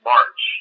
March